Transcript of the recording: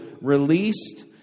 released